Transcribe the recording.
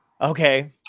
okay